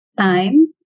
time